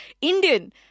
Indian